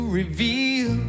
reveal